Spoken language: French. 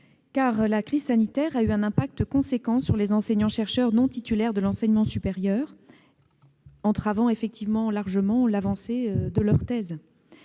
La crise sanitaire a eu un impact important sur les enseignants-chercheurs non titulaires de l'enseignement supérieur, entravant largement l'avancée de leur thèse.